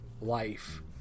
life